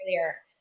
earlier